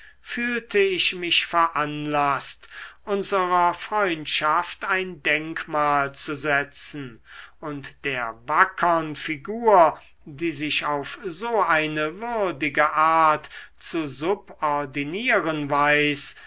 fühlte ich mich veranlaßt unserer freundschaft ein denkmal zu setzen und der wackern figur die sich auf so eine würdige art zu subordinieren weiß